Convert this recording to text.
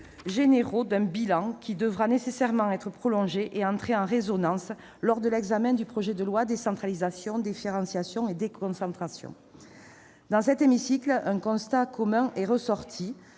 généraux d'un bilan, qui devra nécessairement être prolongé et entrer en résonance lors de l'examen du projet de loi Décentralisation, différenciation et déconcentration. Dans cet hémicycle, un constat commun est ressorti